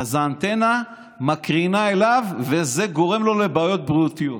אז האנטנה מקרינה אליו וזה גורם לו לבעיות בריאותיות.